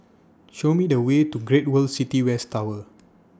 Show Me The Way to Great World City West Tower